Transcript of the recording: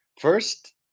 first